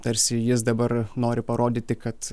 tarsi jis dabar nori parodyti kad